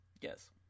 yes